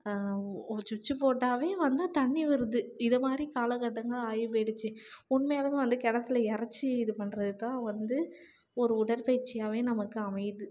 ஒரு சுச்சு போட்டாவே வந்து தண்ணி வருது இதை மாதிரி காலக்கட்டங்கள் ஆகி போயிடுச்சி உண்மையாலுமே வந்து கிணத்தில் இறச்சி இது பண்ணுறதுதான் வந்து ஒரு உடற்பயிற்சியாகவே நமக்கு அமையிது